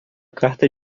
carta